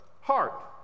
heart